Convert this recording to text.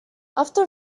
after